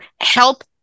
help